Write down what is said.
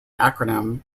acronym